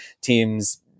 teams